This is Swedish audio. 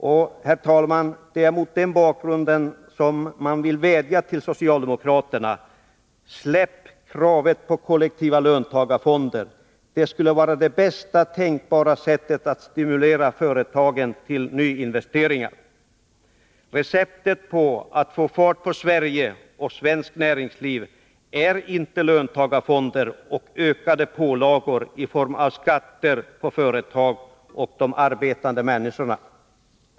Det är mot den bakgrunden som man vill vädja till socialdemokraterna: Släpp kravet på kollektiva löntagarfonder. Det skulle vara det bästa tänkbara sättet att stimulera företagen till nyinvesteringar. Receptet för att få fart på Sverige och svenskt näringsliv är inte löntagarfonder och ökade pålagor i form av skatter på företag och på de arbetande människorna.